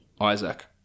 Isaac